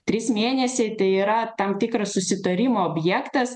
trys mėnesiai tai yra tam tikras susitarimo objektas